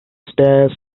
stairs